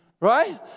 Right